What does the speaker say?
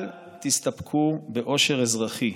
אל תסתפקו באושר אזרחי.